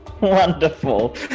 Wonderful